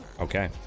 Okay